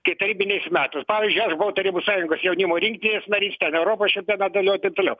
kaip tarybiniais metais pavyzdžiui arba tarybų sąjungos jaunimo rinktinės narys ten europos čempione dalyvavau ir taip toliau